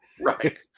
Right